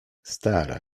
stara